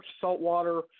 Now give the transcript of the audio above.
saltwater